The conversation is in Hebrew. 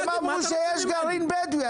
הם אמרו שיש גרעין בדואי.